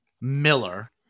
Miller